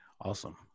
awesome